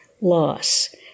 Loss